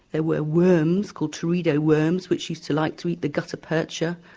there were worms called teredo worms, which used to like to eat the gutta percha,